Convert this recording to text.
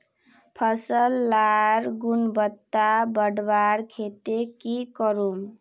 फसल लार गुणवत्ता बढ़वार केते की करूम?